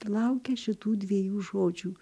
telaukia šitų dviejų žodžių